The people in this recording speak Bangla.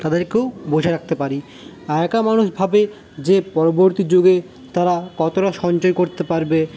তাদেরকেও বুঝে রাখতে পারি আগেকার মানুষ ভাবে যে পরবর্তী যুগে তারা কতটা সঞ্চয় করতে পারবে